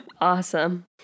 Awesome